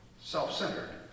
self-centered